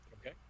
Okay